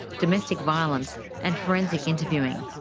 domestic violence and forensic interviewing.